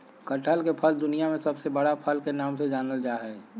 कटहल के फल दुनिया में सबसे बड़ा फल के नाम से जानल जा हइ